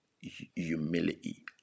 humility